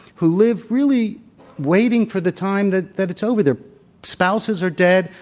who live really waiting for the time that that it's over. their spouses are dead.